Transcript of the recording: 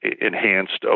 enhanced